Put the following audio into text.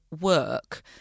work